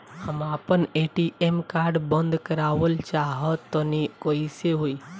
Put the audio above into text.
हम आपन ATM card बंद करावल चाह तनि कइसे होई?